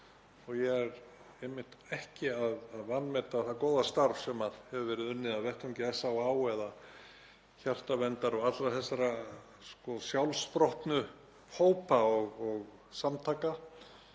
Ég er ekki að vanmeta það góða starf sem hefur verið unnið á vettvangi SÁÁ eða Hjartaverndar og allra þessara sjálfsprottnu hópa og samtaka